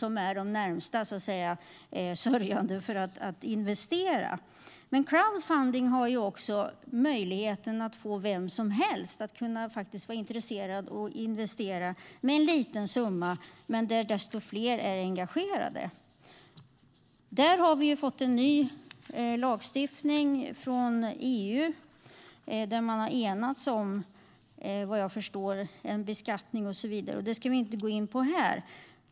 De är så att säga de närmast sörjande för att investera. Crowdfunding ger också vem som helst möjligheten att vara intresserad av att - och kunna - investera med en liten summa, och där fler är engagerade. Vi har fått ny lagstiftning från EU när det gäller det. Man har vad jag förstår enats om beskattning och så vidare. Vi ska inte gå in på det här.